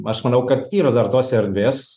aš manau kad yra dar tos erdvės